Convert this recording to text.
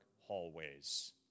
hallways